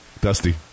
Dusty